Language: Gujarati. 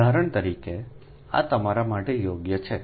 ઉદાહરણ તરીકે આ તમારા માટે યોગ્ય છે